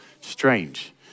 strange